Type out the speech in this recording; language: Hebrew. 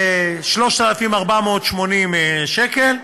של 3,480 שקל,